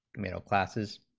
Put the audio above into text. mail classes